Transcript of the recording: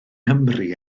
nghymru